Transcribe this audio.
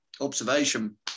observation